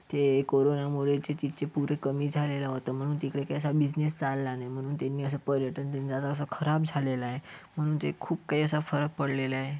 ते कोरोनामुळे ते तिथचे पुरे कमी झालेला होता म्हणून तिकडे काही असा बिजनेस चालला नाही म्हणून त्यांनी असा पर्यटन दिन असा खराब झालेला आहे म्हणून ते खूप काही असा फरक पडलेला आहे